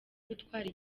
gutwara